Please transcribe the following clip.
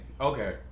Okay